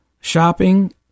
shopping